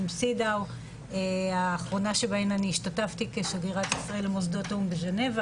CEDAW האחרונה שבהן אני השתתפתי כשגרירת ישראל למוסדות האו"ם בג'נבה,